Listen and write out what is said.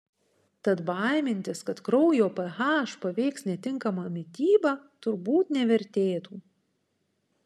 tad baimintis kad kraujo ph paveiks netinkama mityba turbūt nevertėtų